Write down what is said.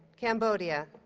cambodia